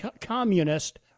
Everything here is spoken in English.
communist